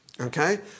Okay